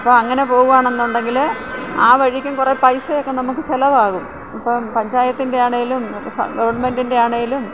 അപ്പോൾ അങ്ങനെ പോവുകയാണെന്നുണ്ടെങ്കിൽ ആ വഴിക്കും കുറെ പൈസയൊക്കെ നമുക്ക് ചിലവാകും ഇപ്പം പഞ്ചായത്തിൻ്റെ ആണെങ്കിലും ഗവൺമെൻ്റിൻ്റെ ആണെങ്കിലും